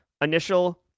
initial